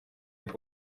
yvan